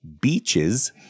beaches